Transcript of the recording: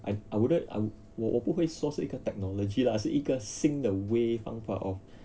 I I wouldn't I 我我不会说是一个 technology lah 是一个新的 way 方法 of